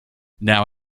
now